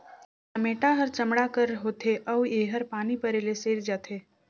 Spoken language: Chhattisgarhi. चमेटा हर चमड़ा कर होथे अउ एहर पानी परे ले सइर जाथे